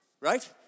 right